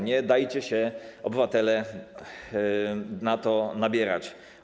Nie dajcie się obywatele na to nabierać.